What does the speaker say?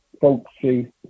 folksy